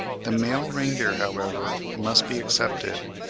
the male reindeer, however, must be excepted,